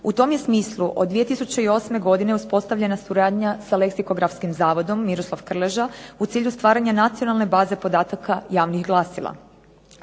U tom je smislu od 2008. godine uspostavljena suradnja sa Leksikografskim zavodom Miroslav Krleža u cilju stvaranja nacionalne baze podataka javnih glasila.